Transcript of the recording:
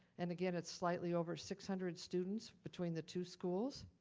and again, it's slightly over six hundred students between the two schools.